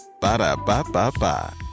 Ba-da-ba-ba-ba